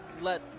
let